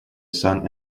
son